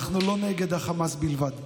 אנחנו לא נגד החמאס בלבד,